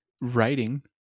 writing